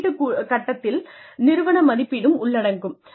மதிப்பீட்டு கட்டத்தில் நிறுவன மதிப்பீடும் உள்ளடங்கும்